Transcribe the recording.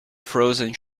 frozen